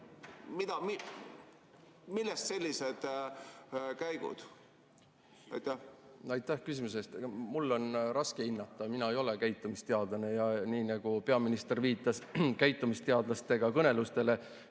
millest sellised käigud?